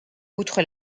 outre